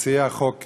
ולמציעי החוק,